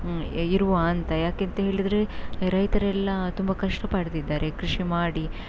ಇರುವ ಅಂತ ಯಾಕೆ ಅಂತ ಹೇಳಿದರೆ ರೈತರೆಲ್ಲ ತುಂಬ ಕಷ್ಟಪಡ್ತಿದ್ದಾರೆ ಕೃಷಿ ಮಾಡಿ